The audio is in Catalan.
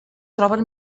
troben